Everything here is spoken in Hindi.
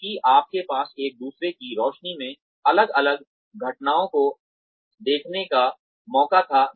क्योंकि आपके पास एक दूसरे की रोशनी में अलग अलग घटनाओं को देखने का मौका था